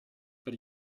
per